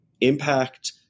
impact